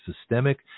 systemic